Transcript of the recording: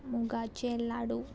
मुगाचे लाडू